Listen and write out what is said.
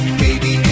baby